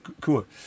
Cool